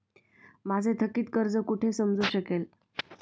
माझे थकीत कर्ज कुठे समजू शकेल?